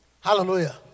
Hallelujah